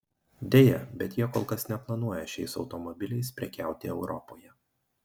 deja bet jie kol kas neplanuoja šiais automobiliais prekiauti europoje